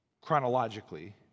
chronologically